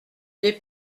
des